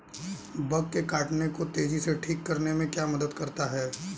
Bug के काटने को तेजी से ठीक करने में क्या मदद करता है?